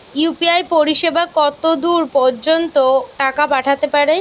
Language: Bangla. ইউ.পি.আই পরিসেবা কতদূর পর্জন্ত টাকা পাঠাতে পারি?